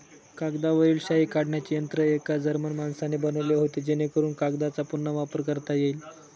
कागदावरील शाई काढण्याचे यंत्र एका जर्मन माणसाने बनवले होते जेणेकरून कागदचा पुन्हा वापर करता येईल